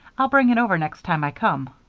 i'll bring it over next time i come.